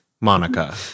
Monica